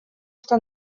что